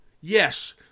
yes